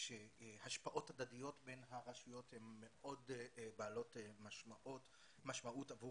שהשפעות הדדיות בין הרשויות הן מאוד בעלות משמעות עבור